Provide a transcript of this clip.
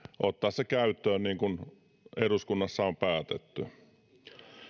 ottaa se käyttöön niin kuin eduskunnassa on päätetty